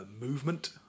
movement